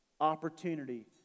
opportunity